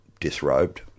disrobed